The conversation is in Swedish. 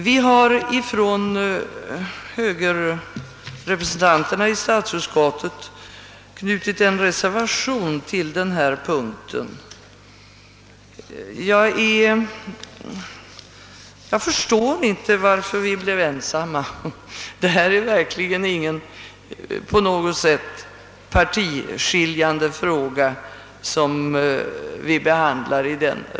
Vi högerrepresentanter i statsutskottet har knutit en reservation till utlåtandet på den här punkten. Jag förstår inte varför vi blev ensamma om denna reservation. Det är verkligen ingen partiskiljande fråga som behandlas där.